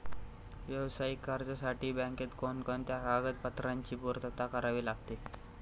व्यावसायिक कर्जासाठी बँकेत कोणकोणत्या कागदपत्रांची पूर्तता करावी लागते?